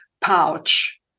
pouch